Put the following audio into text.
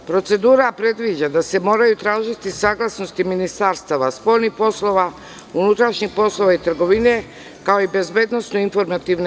Procedura predviđa da se moraju tražiti saglasnosti Ministarstava spoljnih poslova, unutrašnjih poslova i trgovine, kao i BIA.